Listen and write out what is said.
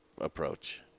approach